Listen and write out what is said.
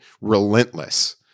relentless